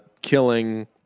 killing